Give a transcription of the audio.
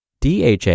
DHA